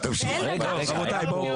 אין דבר כזה.